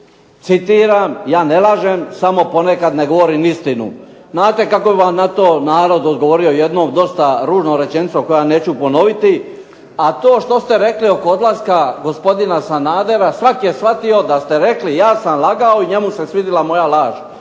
tvrdi "ja ne lažem, samo ponekad ne govorim istinu". Znate kako bi vam na to narod odgovorio jednom dosta ružnom rečenicom koji ja neću ponoviti, a to što ste rekli oko odlaska gospodina Sanadera, svak je shvatio da ste rekli ja sam lagao i njemu se svidila moja laž